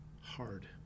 Hard